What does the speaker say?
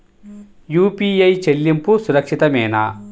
UPI చెల్లింపు సురక్షితమేనా?